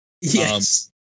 Yes